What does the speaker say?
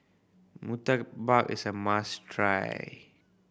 murtabak is a must try